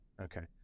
Okay